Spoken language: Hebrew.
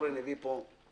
אורן חזן הביא לפה נושא.